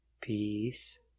peace